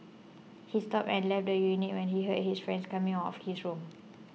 he stopped and left the unit when he heard his friend coming of his room